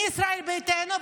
אני ישראל ביתנו,